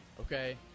okay